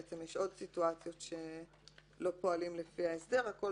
בעצם יש עוד סיטואציות שלא פועלים לפי ההסדר הכול